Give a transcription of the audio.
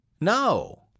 No